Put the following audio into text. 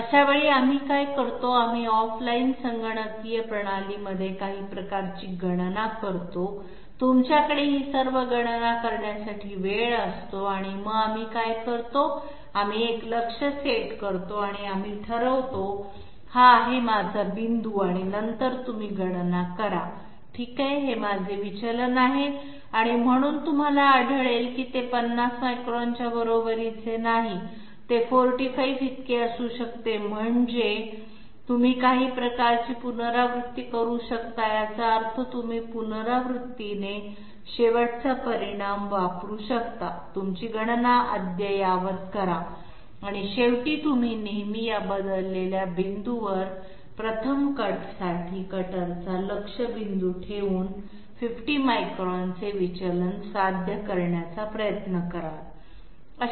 अशावेळी आपण काय करतो आपण ऑफलाइन संगणकीय प्रणालीमध्ये काही प्रकारची गणना करतो तुमच्याकडे ही सर्व गणना करण्यासाठी वेळ असतो आणि आपण काय करतो आपण एक लक्ष्य सेट करतो आणि आपण ठरवतो हा आहे माझा बिंदू आणि नंतर तुम्ही गणना करा ठीक आहे हे माझे विचलन आहे आणि म्हणून तुम्हाला आढळले की ते 50 मायक्रॉनच्या च्या बरोबरीचे नाही ते 45 इतके असू शकते म्हणून तुम्ही काही प्रकारची पुनरावृत्ती करू शकता याचा अर्थ तुम्ही पुनरावृत्तीने शेवटचा परिणाम वापरू शकता तुमची गणना अद्ययावत करा आणि शेवटी तुम्ही नेहमी या बदललेल्या बिंदूवर प्रथम कटसाठी कटरचा लक्ष्य बिंदू ठेवून 50 मायक्रॉनचे विचलन साध्य करण्याचा प्रयत्न कराल